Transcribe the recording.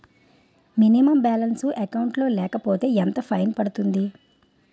Minimum balance account లో లేకపోతే ఎంత ఫైన్ పడుతుంది?